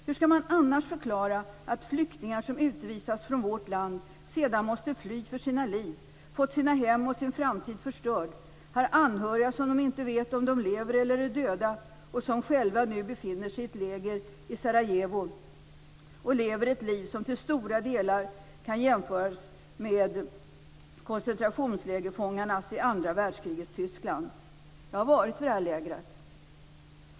Hur skall man annars förklara att flyktingar som utvisats från vårt land måste fly för sina liv, fått sina hem och sin framtid förstörda, har anhöriga som dessa flyktingar inte vet om de lever eller är döda. Själva befinner de sig i t.ex. ett läger i Sarajevo och lever ett liv som till stora delar kan jämföras med koncentrationslägerfångarnas liv i andra världskrigets Jag har varit vid detta läger.